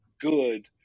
good